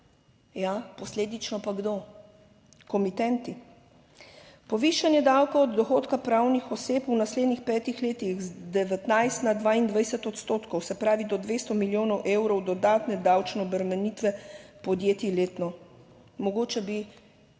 Ja, posledično pa kdo? Komitenti. Povišanje davka od dohodka pravnih oseb v naslednjih petih letih z 19 na 22 odstotkov. Se pravi do 200 milijonov evrov dodatne davčne obremenitve podjetij letno, mogoče bi